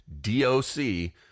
D-O-C